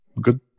good